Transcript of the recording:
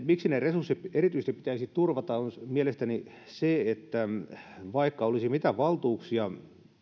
miksi resurssit erityisesti pitäisi turvata on mielestäni se että vaikka olisi mitä valtuuksia